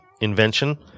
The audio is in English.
invention